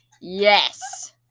Yes